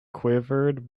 quivered